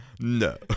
No